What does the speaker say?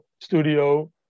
Studio